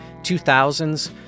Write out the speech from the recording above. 2000s